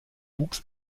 wuchs